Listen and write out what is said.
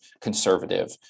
conservative